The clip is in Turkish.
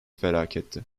felaketti